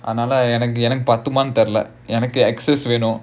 எனக்கு பத்துமானு தெரில எனக்கு:enakku pathumaanu terila enakku X_S வேணும்:venum